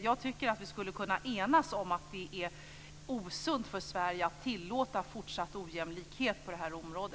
Jag tycker att vi skulle kunna enas om att det är osunt av Sverige att tillåta fortsatt ojämlikhet på detta område.